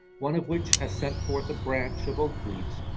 one of which has set forth a branch of oak leaves.